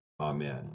Amen